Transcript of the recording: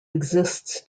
exists